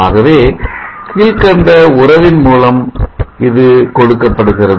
ஆகவே கீழ்கண்ட உறவின் மூலம் இது கொடுக்கப்படுகிறது